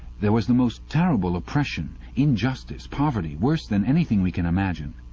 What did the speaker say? there was the most terrible oppression, injustice, poverty worse than anything we can imagine.